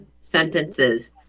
sentences